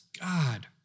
God